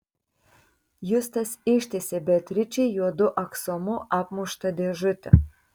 justas ištiesė beatričei juodu aksomu apmuštą dėžutę